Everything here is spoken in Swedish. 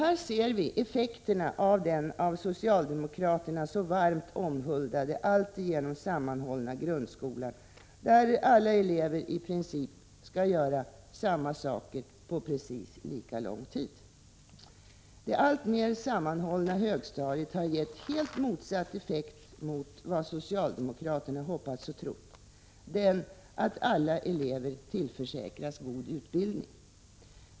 Här ser vi effekterna av den av socialdemokraterna så varmt omhuldade, alltigenom sammanhållna grundskolan, där alla elever i princip skall göra samma saker på precis lika lång tid. Det alltmer sammanhållna högstadiet har gett en effekt helt motsatt den som socialdemokraterna hoppats och trott på — den att alla elever skulle tillförsäkras god utbildning.